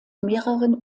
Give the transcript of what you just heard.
mehreren